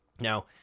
Now